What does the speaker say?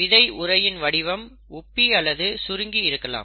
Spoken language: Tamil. விதை உறையின் வடிவம் உப்பி அல்லது சுருங்கி இருக்கலாம்